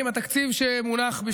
בבקשה,